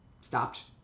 stopped